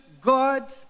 God